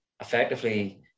effectively